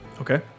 Okay